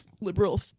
liberal